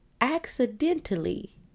accidentally